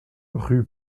rue